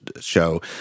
show